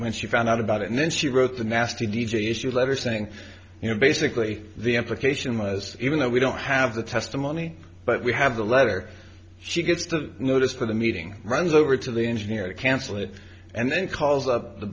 when she found out about it and then she wrote the nasty d j s you letter saying you know basically the implication was even though we don't have the testimony but we have the letter she gets the notice for the meeting runs over to the engineer to cancel it and then calls up the